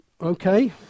okay